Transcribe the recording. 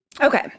Okay